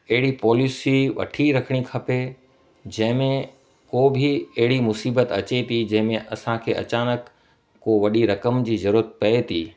अहिड़ी पोलिसी वठी रखिणी खपे जंहिं में को बि अहिड़ी मुसीबत अचे थी जंहिं में असांखे अचानक को वॾी रक़म जी ज़रूरत पए थी